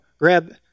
grab